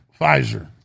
Pfizer